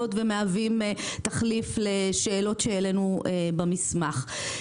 ומהווים תחליף לשאלות שהעלינו במסמך.